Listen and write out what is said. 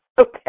okay